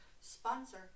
Sponsor